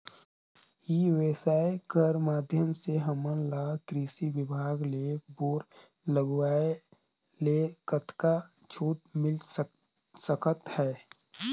ई व्यवसाय कर माध्यम से हमन ला कृषि विभाग ले बोर लगवाए ले कतका छूट मिल सकत हे?